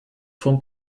vom